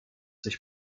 sich